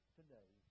today